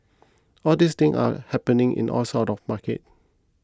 all these things are happening in all sorts of market